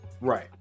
right